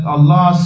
Allah